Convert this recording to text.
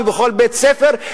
בכל בית-ספר,